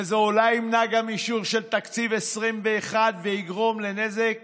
וזה אולי ימנע גם אישור של תקציב 2021 ויגרום לנזק